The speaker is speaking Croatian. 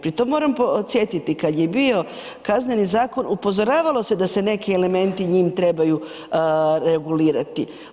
Pri tome moram podsjetiti kada je bio Kazneni zakon upozoravalo se da se neki elementi njim trebaju regulirati.